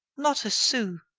not a sou.